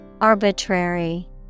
Arbitrary